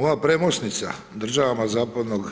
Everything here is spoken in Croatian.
Ova premosnica državama zapadnog